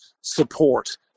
support